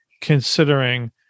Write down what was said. considering